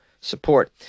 support